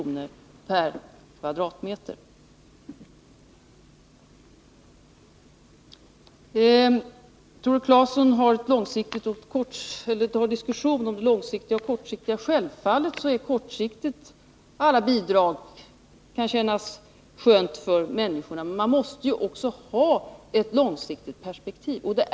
per kvadratmeter. Tore Claeson tar upp en diskussion om långsiktiga och kortsiktiga bidrag. Självfallet kan alla bidrag kortsiktigt kännas bra för människorna. Men man måste också ha ett långsiktigt perspektiv.